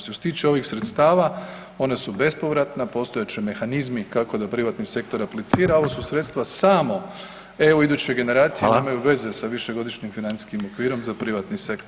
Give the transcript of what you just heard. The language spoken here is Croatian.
Što se tiče ovih sredstava, ona su bespovratna, postojat će mehanizmi kako da privatni sektor aplicira, a ovo su sredstva samo EU iduće generacije [[Upadica: Hvala.]] nemaju veze sa višegodišnjim financijskim okvirom za privatni sektor.